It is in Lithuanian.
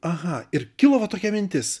aha ir kilo va tokia mintis